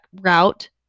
route